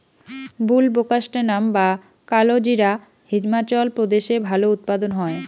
বুলবোকাস্ট্যানাম বা কালোজিরা হিমাচল প্রদেশে ভালো উৎপাদন হয়